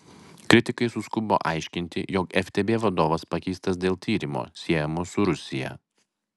kritikai suskubo aiškinti jog ftb vadovas pakeistas dėl tyrimo siejamo su rusija